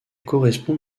correspond